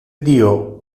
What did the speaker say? dio